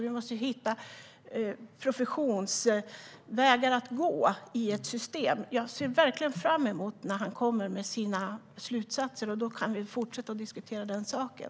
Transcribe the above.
Vi måste hitta professionsvägar att gå i ett system. Jag ser verkligen fram emot när han kommer med sina slutsatser; då kan vi fortsätta att diskutera saken.